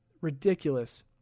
ridiculous